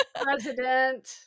President